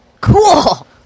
Cool